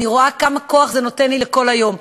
אני רואה כמה כוח זה נותן לי לכל היום.